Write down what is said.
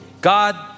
God